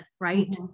Right